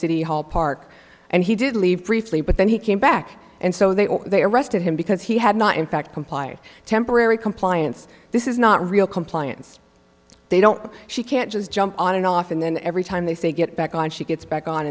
city hall park and he did leave briefly but then he came back and so they they arrested him because he had not in fact comply or temporary compliance this is not real compliance they don't she can't just jump on and off and then every time they say get back on she gets back on